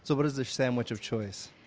so what is this sandwich of choice?